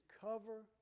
cover